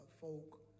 folk